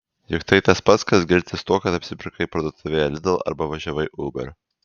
juk tai tas pats kas girtis tuo kad apsipirkai parduotuvėje lidl arba važiavai uber